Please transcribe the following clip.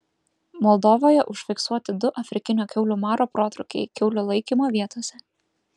moldovoje užfiksuoti du afrikinio kiaulių maro protrūkiai kiaulių laikymo vietose